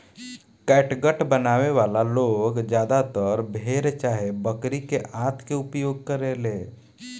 catgut बनावे वाला लोग ज्यादातर भेड़ चाहे बकरी के आंत के उपयोग करेले